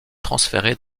transférée